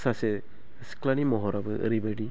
सासे सिख्लानि महराबो ओरैबायदि